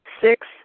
Six